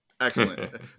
excellent